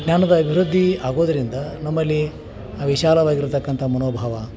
ಜ್ಞಾನದ ಅಭಿವೃದ್ದಿ ಆಗೋದರಿಂದ ನಮ್ಮಲ್ಲಿ ಆ ವಿಶಾಲವಾಗಿರತಕ್ಕಂಥ ಮನೋಭಾವ